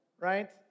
right